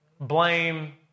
Blame